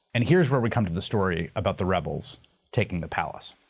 and here's where we come to the story about the rebels taking the palace.